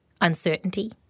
uncertainty